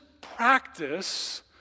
practice